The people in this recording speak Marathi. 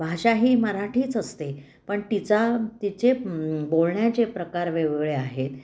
भाषा ही मराठीच असते पण तिचा तिचे बोलण्याचे प्रकार वेगवेगळे आहेत